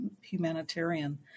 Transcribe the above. humanitarian